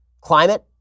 climate